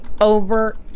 over